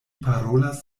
parolas